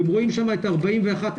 אתם רואים את ה-41,000,